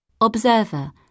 Observer